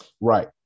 Right